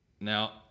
Now